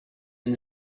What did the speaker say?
and